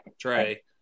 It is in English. Trey